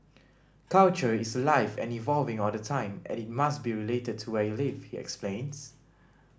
culture is alive and evolving all the time and it must be related to where you live he explains